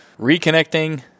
reconnecting